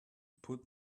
put